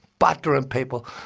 battering people.